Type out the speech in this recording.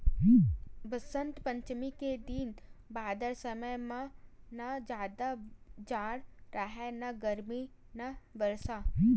बसंत पंचमी के दिन बादर समे म न जादा जाड़ राहय न गरमी न बरसा